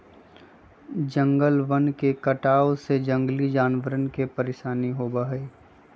जंगलवन के कटाई से जंगली जानवरवन के परेशानी होबा हई